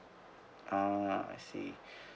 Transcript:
ah I see